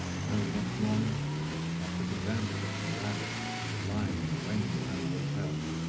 and early next morning i took advantage of some ladders which were lying in the lane behind the hotel,